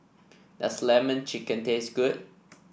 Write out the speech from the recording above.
does lemon chicken taste good